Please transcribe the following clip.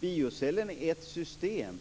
Biocellen är ett system.